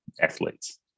athletes